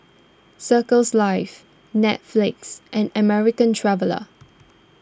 Circles Life Netflix and American Traveller